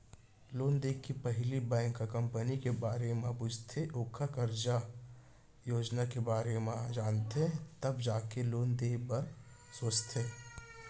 loan देय के पहिली बेंक ह कंपनी के बारे म पूछथे ओखर कारज योजना के बारे म जानथे तब जाके लोन देय बर सोचथे